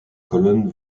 colonne